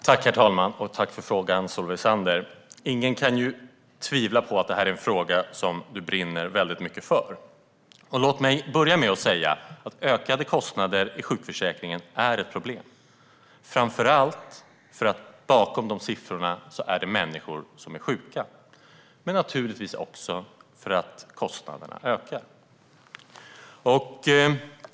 Herr talman! Tack för frågan, Solveig Zander! Ingen kan tvivla på att det här är en fråga som du brinner mycket för. Låt mig börja med att säga att ökade kostnader i sjukförsäkringen är ett problem, framför allt för att det bakom siffrorna finns sjuka människor.